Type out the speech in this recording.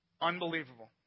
Unbelievable